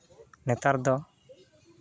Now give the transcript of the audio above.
ᱱᱮᱛᱟᱨ ᱫᱚ